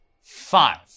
five